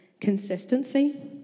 consistency